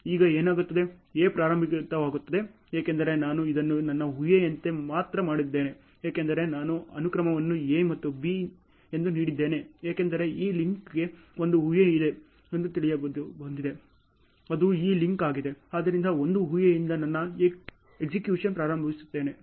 ಈಗ ಏನಾಗುತ್ತದೆ A ಪ್ರಾರಂಭವಾಗುತ್ತದೆ ಏಕೆಂದರೆ ನಾನು ಇದನ್ನು ನನ್ನ ಊಹೆಯಂತೆ ಮಾತ್ರ ಮಾಡಿದ್ದೇನೆ ಏಕೆಂದರೆ ನಾನು ಅನುಕ್ರಮವನ್ನು A ಮತ್ತು B ಎಂದು ನೀಡಿದ್ದೇನೆ ಏಕೆಂದರೆ ಈ ಲಿಂಕ್ಗೆ ಒಂದು ಊಹೆಯಿದೆ ಎಂದು ತಿಳಿದುಬಂದಿದೆ ಅದು ಈ ಲಿಂಕ್ ಆಗಿದೆ ಆದ್ದರಿಂದ ಒಂದು ಊಹೆಯಿದೆ ನನ್ನ ಎಸ್ಎಕ್ಯುಷನ್ ಪ್ರಾರಂಭಿಸುತ್ತೇನೆ